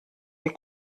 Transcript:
und